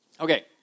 Okay